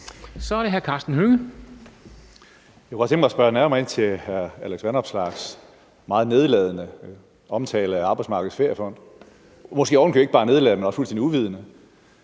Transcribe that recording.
Jeg kunne godt tænke mig at spørge nærmere ind til hr. Alex Vanopslaghs meget nedladende omtale af Arbejdsmarkedets Feriefond, måske ovenikøbet ikke bare nedladende, men også fuldstændig uvidende